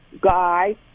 guy